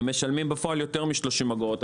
הם משלמים יותר מ-30 אגורות.